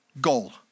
goal